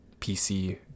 PC